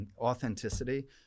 authenticity